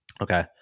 okay